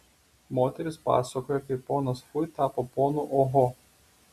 moterys pasakoja kaip ponas fui tapo ponu oho